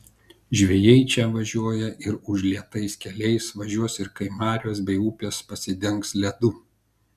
žvejai į čia važiuoja ir užlietais keliais važiuos ir kai marios bei upės pasidengs ledu